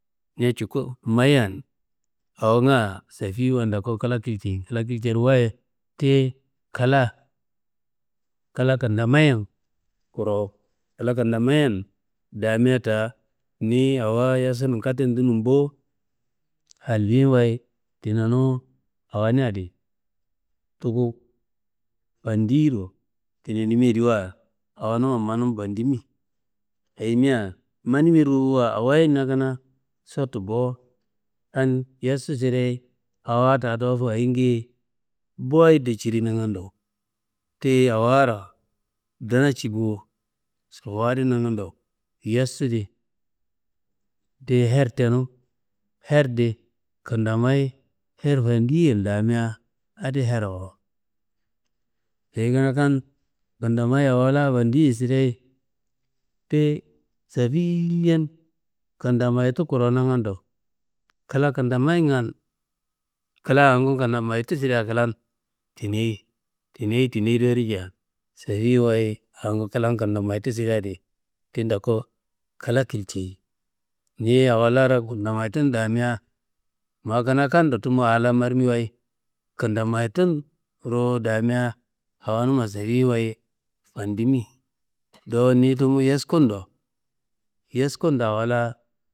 Ñea mayiyan awo sefiwaye kla kilnjei, kla kilnjeinuwaye, tiyi kla kla kentamayiyen kuwuro. Kla kentamayiyen damia daa, niyi awo yestunumu katen dunum bo, hal fiyiwaye tinenu awonea di duku fandiyiro tinenimiyediwa, awonuma manum fandimi. Ayimia manimi ruwuwa awo na kanaa sotu bo, kan yessu sirei awa taa dowofo ayigiye boyedo ciri nangando tiyi aworo ndina ci bo. Sofowo adi nangando, yestu di tiyi her tenu. Her di kentamayi her fandiyiyen damia adi herrawo. Dayi kanaa kan kentamayi awo la fandiyiyeyi sirei tiyi sefiyiyen kentamayitu kuro nangando kla kentamayingan, kla awongu kentamayitu siren klan tinei tinei, tineiro nja sefiwaye awongu klan kentamayitu sidea di tin toku kla kilcei. Niyi awo la kentamayitum damia, ma kanaa kan do tumu ala marimiwaye kentamayitum ruwu damia awonuma sefiwaye fandimi. Dowo niyi tumu yeskun do awa la.